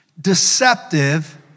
deceptive